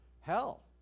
hell